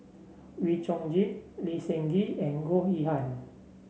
Wee Chong Jin Lee Seng Gee and Goh Yihan